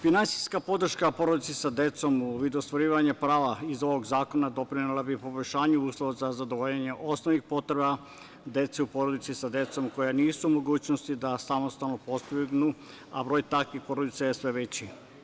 Finansijska podrška porodici sa decom u vidu ostvarivanja prava iz ovog zakona doprinela bi poboljšanju uslova za zadovoljenje osnovnih potreba dece u porodici sa decom koja nisu u mogućnosti da samostalno postignu, a broj takvih porodica je sve veći.